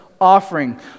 offering